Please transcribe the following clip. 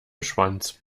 schwanz